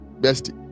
bestie